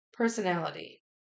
personality